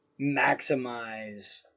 maximize